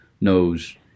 knows